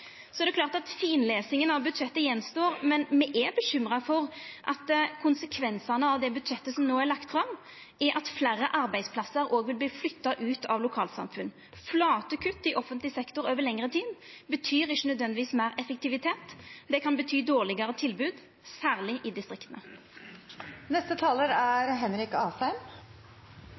er klart at finlesinga av budsjettet står att, men me er bekymra for at konsekvensane av det budsjettet som no er lagt fram, er at fleire arbeidsplassar òg vil verta flytta ut av lokalsamfunn. Flate kutt i offentleg sektor over lengre tid betyr ikkje nødvendigvis meir effektivitet, det kan bety dårlegare tilbod, særleg i